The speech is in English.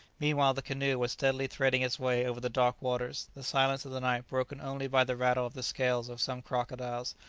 meanwhile the canoe was steadily threading its way over the dark waters, the silence of the night broken only by the rattle of the scales of some crocodiles,